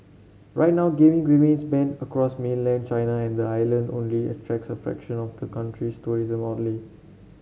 right now gaming remains banned across mainland China and the island only attracts a fraction of the country's tourism outlay